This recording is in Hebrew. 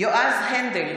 יועז הנדל,